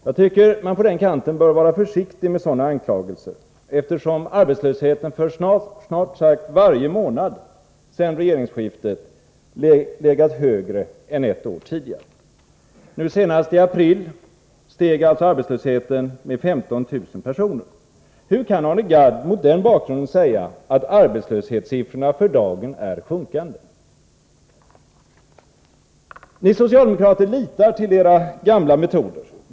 Jag tycker att man på den kanten bör vara försiktig med sådana anklagelser, eftersom arbetslösheten, för snart sagt varje månad sedan regeringsskiftet, legat högre än ett år tidigare. Senast i april ökade alltså arbetslösheten med 15 000 personer. Hur kan Arne Gadd mot den bakgrunden säga att arbetslöshetssiffrorna för dagen är i sjunkande? Ni socialdemokrater litar till era gamla metoder.